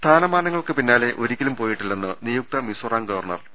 സ്ഥാനങ്ങൾക്ക് പിന്നാലെ ഒരിക്കലും പോയിട്ടില്ലെന്ന് നിയുക്ത മിസോറാം ഗവർണർ പി